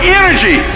energy